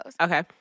Okay